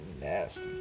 nasty